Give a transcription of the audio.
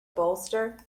bolster